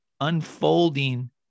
unfolding